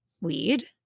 weed